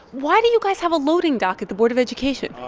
why do you guys have a loading dock at the board of education?